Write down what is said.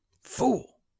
fool